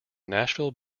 nashville